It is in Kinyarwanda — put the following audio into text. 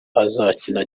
azakina